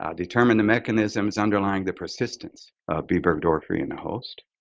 ah determine the mechanisms underlying the persistence of b. burgdorferi in the host.